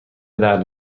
درد